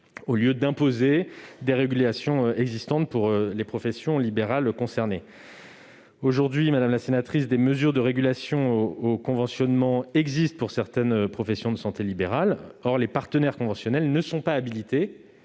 au lieu d'imposer des régulations existantes pour les professions libérales concernées. Aujourd'hui, des mesures de régulation au conventionnement existent pour certaines professions de santé libérales. Or les partenaires conventionnels ne sont pas habilités